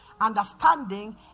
understanding